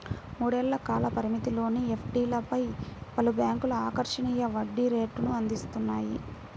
మూడేళ్ల కాల పరిమితిలోని ఎఫ్డీలపై పలు బ్యాంక్లు ఆకర్షణీయ వడ్డీ రేటును అందిస్తున్నాయి